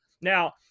Now